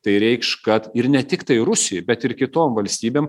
tai reikš kad ir ne tiktai rusijai bet ir kitom valstybėm